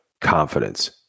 confidence